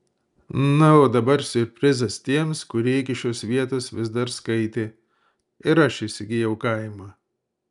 na o dabar siurprizas tiems kurie iki šios vietos vis dar skaitė ir aš įsigijau kaimą